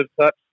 touch